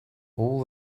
all